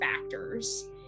factors